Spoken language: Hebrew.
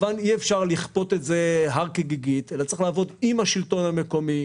כמובן שאי אפשר לכפות את זה הר כגיגית אלא צריך לעבוד עם השלטון המקומי